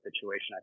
situation